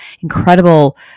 incredible